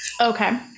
okay